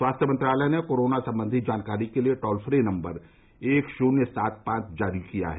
स्वास्थ्य मंत्रालय ने कोरोना सम्बंधी जानकारी के लिए टोल फ्री नम्बर एक शून्य सात पांच जारी किया है